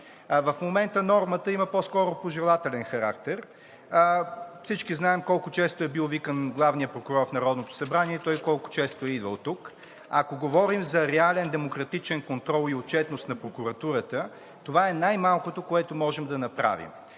В момента нормата има по-скоро пожелателен характер. Всички знаем колко често е бил викан главният прокурор в Народното събрание и той колко често е идвал тук. Ако говорим за реален демократичен контрол и отчетност на прокуратурата, това е най-малкото, което можем да направим.